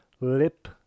lip